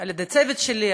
על-ידי הצוות שלי,